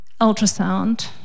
ultrasound